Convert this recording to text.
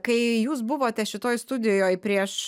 kai jūs buvote šitoj studijoj prieš